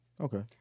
Okay